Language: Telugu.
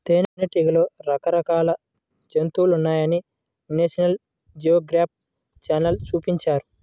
తేనెటీగలలో రకరకాల జాతులున్నాయని నేషనల్ జియోగ్రఫీ ఛానల్ చూపించారు